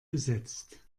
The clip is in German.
gesetzt